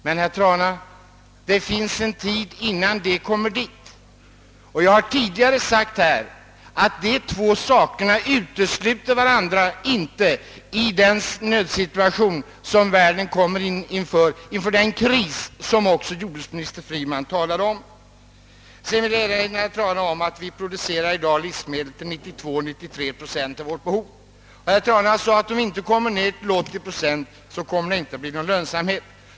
Men, herr Trana, det dröjer en tid innan vi är där. Men som jag tidigare sagt utesluter inte de två sakerna varandra i nuvarande världssituation och i den kris som också jordbruksminister Freeman talade om. Slutligen framhöll herr Trana att vi i dag producerar 92—93 procent av vårt livsmedelsbehov, och han tillade att om vi inte skär ned produktionen till 80 procent, så blir den inte lönsam.